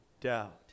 Doubt